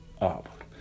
Up